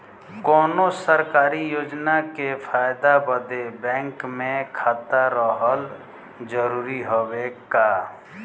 कौनो सरकारी योजना के फायदा बदे बैंक मे खाता रहल जरूरी हवे का?